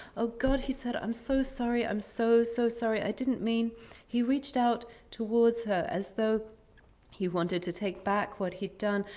oh, god, he said. i'm so sorry. i'm so, so sorry. i didn't mean he reached out towards her as though he wanted to take back what he'd done,